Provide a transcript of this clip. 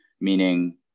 meaning